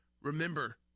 remember